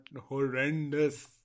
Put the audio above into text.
horrendous